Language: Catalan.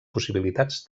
possibilitats